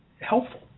helpful